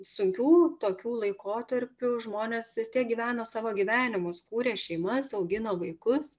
sunkių tokių laikotarpių žmonės vis tiek gyveno savo gyvenimus kūrė šeimas augino vaikus